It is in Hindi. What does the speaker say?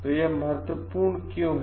तो यह महत्वपूर्ण क्यों है